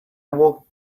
walked